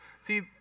See